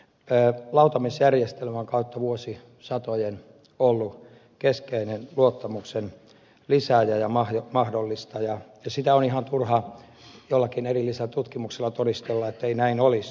lautamiesjärjestelmä on kautta vuosisatojen ollut keskeinen luottamuksen lisääjä ja mahdollistaja ja on ihan turha jollakin erillisellä tutkimuksella todistella ettei näin olisi